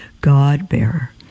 God-bearer